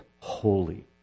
holy